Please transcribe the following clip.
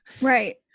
Right